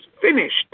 finished